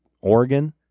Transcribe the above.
Oregon